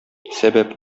сәбәп